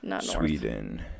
sweden